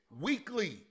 weekly